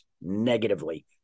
negatively